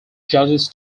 judges